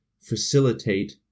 facilitate